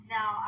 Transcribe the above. Now